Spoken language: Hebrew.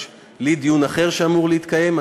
יש לי דיון בנושא אחר שאמור להתקיים,